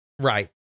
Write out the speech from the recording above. Right